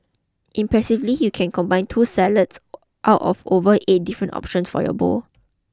impressively you can combine two salads out of over eight different options for your bowl